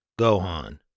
Gohan